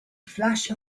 flash